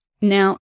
Now